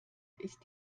ist